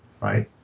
right